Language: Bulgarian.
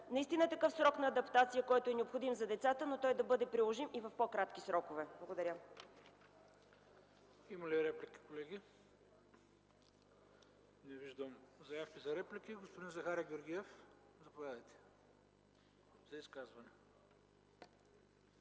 наистина за такъв срок на адаптация, който е необходим за децата, но той да бъде приложим и в по-кратки срокове. Благодаря.